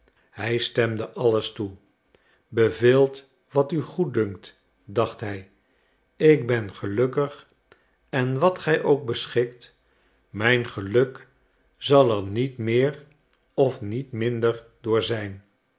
hij stemde alles toe beveelt wat u goeddunkt dacht hij ik ben gelukkig en wat gij ook beschikt mijn geluk zal er niet meer of niet minder door zijn